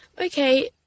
Okay